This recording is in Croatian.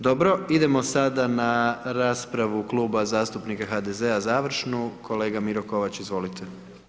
Dobro, idemo sada na raspravu Kluba zastupnika HDZ-a završnu, kolega Miro Kovač, izvolite.